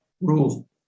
rule